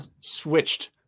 switched